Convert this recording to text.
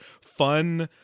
fun